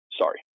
Sorry